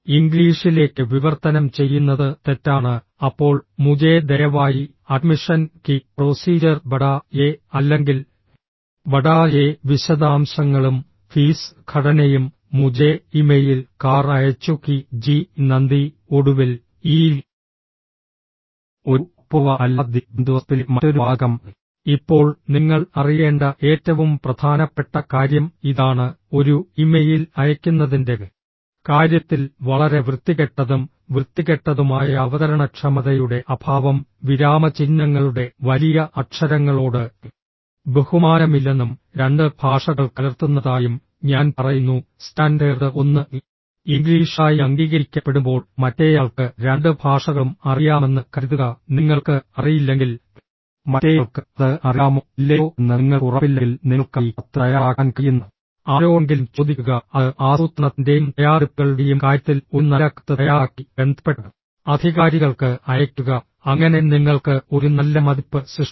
ഇംഗ്ലീഷിലേക്ക് വിവർത്തനം ചെയ്യുന്നത് തെറ്റാണ് അപ്പോൾ മുജേ ദയവായി അഡ്മിഷൻ കി പ്രൊസീജർ ബടാ യേ അല്ലെങ്കിൽ ബടാ യേ വിശദാംശങ്ങളും ഫീസ് ഘടനയും മുജേ ഇമെയിൽ കാർ അയച്ചു കി ജി ഇ നന്ദി ഒടുവിൽ ഈ ഒരു അപ്പുർവ അല്ലാ ദി ബന്ദ്വ സ്പിലെ മറ്റൊരു വാചകം ഇപ്പോൾ നിങ്ങൾ അറിയേണ്ട ഏറ്റവും പ്രധാനപ്പെട്ട കാര്യം ഇതാണ് ഒരു ഇമെയിൽ അയയ്ക്കുന്നതിൻറെ കാര്യത്തിൽ വളരെ വൃത്തികെട്ടതും വൃത്തികെട്ടതുമായ അവതരണക്ഷമതയുടെ അഭാവം വിരാമചിഹ്നങ്ങളുടെ വലിയ അക്ഷരങ്ങളോട് ബഹുമാനമില്ലെന്നും രണ്ട് ഭാഷകൾ കലർത്തുന്നതായും ഞാൻ പറയുന്നു സ്റ്റാൻഡേർഡ് ഒന്ന് ഇംഗ്ലീഷായി അംഗീകരിക്കപ്പെടുമ്പോൾ മറ്റേയാൾക്ക് രണ്ട് ഭാഷകളും അറിയാമെന്ന് കരുതുക നിങ്ങൾക്ക് അറിയില്ലെങ്കിൽ മറ്റേയാൾക്ക് അത് അറിയാമോ ഇല്ലയോ എന്ന് നിങ്ങൾക്ക് ഉറപ്പില്ലെങ്കിൽ നിങ്ങൾക്കായി കത്ത് തയ്യാറാക്കാൻ കഴിയുന്ന ആരോടെങ്കിലും ചോദിക്കുക അത് ആസൂത്രണത്തിന്റെയും തയ്യാറെടുപ്പുകളുടെയും കാര്യത്തിൽ ഒരു നല്ല കത്ത് തയ്യാറാക്കി ബന്ധപ്പെട്ട അധികാരികൾക്ക് അയയ്ക്കുക അങ്ങനെ നിങ്ങൾക്ക് ഒരു നല്ല മതിപ്പ് സൃഷ്ടിക്കും